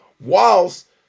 whilst